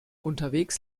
unterwegs